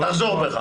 תחזור בך.